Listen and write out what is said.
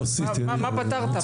מה פתרת פה?